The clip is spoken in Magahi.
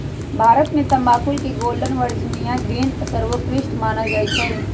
भारत में तमाकुल के गोल्डन वर्जिनियां ग्रीन सर्वोत्कृष्ट मानल जाइ छइ